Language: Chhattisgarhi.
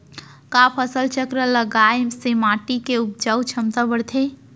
का फसल चक्र लगाय से माटी के उपजाऊ क्षमता बढ़थे?